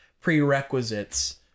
prerequisites